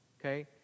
Okay